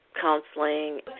counseling